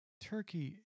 Turkey